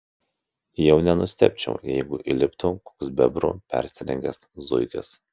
jau nenustebčiau jeigu įliptų koks bebru persirengęs zuikis